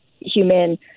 human